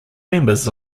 members